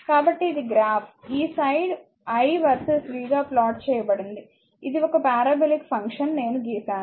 కాబట్టి ఇది గ్రాఫ్ ఈ సైడ్ i vs v గా ప్లాట్ చేయండి ఇది ఒక పారాబొలిక్ ఫంక్షన్ నేను గీసాను